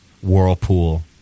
whirlpool